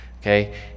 Okay